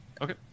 Okay